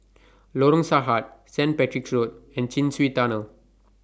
Lorong Sarhad Saint Patrick's Road and Chin Swee Tunnel